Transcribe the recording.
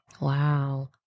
Wow